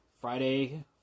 Friday